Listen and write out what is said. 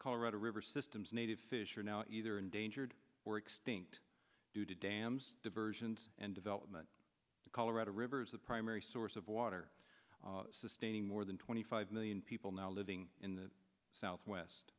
colorado river systems native fish are now either endangered or extinct due to dams diversions and development the colorado river is the primary source of water sustaining more than twenty five million people now living in the southwest